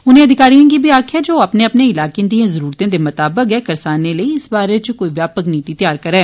उनें अधिकारियें गी बी आक्खेया जे ओ अपने अपने इलाकें दियें जरुरतें दे मताबक गै करसानें लेई इस बारै कोई व्यापक नीति त्यार करै